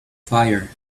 fire